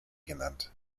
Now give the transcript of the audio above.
genannt